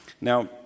Now